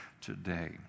today